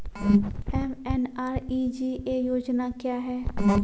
MNREGA योजना क्या हैं?